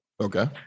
Okay